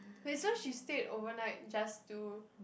wait so she stayed overnight just to